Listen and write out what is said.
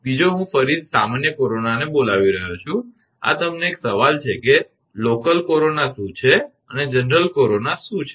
બીજો હું ફરીથી સામાન્ય કોરોનાને બોલાવી રહ્યો છું આ તમને એક સવાલ છે કે સ્થાનિક કોરોના શું છે અને સામાન્ય કોરોના શું છે